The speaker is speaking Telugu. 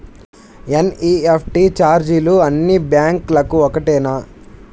ఎన్.ఈ.ఎఫ్.టీ ఛార్జీలు అన్నీ బ్యాంక్లకూ ఒకటేనా?